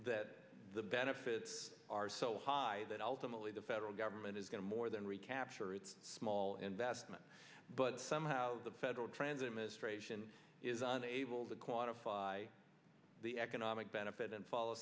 that the benefits are so high that ultimately the federal government is going to more than recapture its small investment but somehow the federal transit ministration is unable to quantify the economic benefit and follow